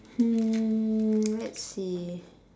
hmm let's see